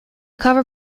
cover